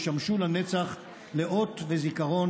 ישמשו לנצח לאות וזיכרון